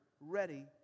ready